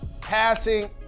passing